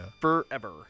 Forever